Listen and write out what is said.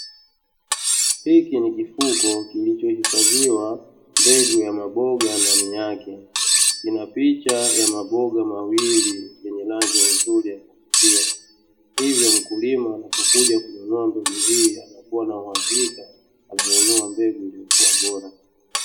Hiki ni kifuko kilichohifadhiwa mbegu ya maboga ndani yake, inapicha ya maboga mawili yenye rangi nzuri ya kuvutia, hivyo mkulima anapokuja kununua mbegu hii huwa na uhakika wa kununua mbegu iliyokuwa bora.